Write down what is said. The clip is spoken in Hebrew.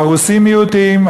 הרוסים מיעוטים,